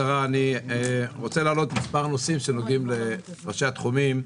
רוצה להעלות מספר נושאים בהמשך לדברי ראשי התחומים.